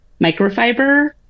microfiber